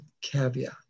caveat